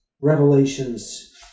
Revelations